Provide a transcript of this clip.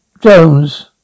Jones